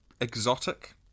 exotic